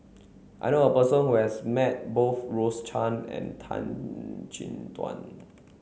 I know a person who has met both Rose Chan and Tan Chin Tuan